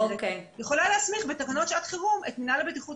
היא יכולה להסמיך בתקנות שעת חירום את מינהל הבטיחות